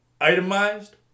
itemized